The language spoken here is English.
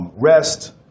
Rest